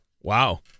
Wow